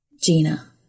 Gina